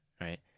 right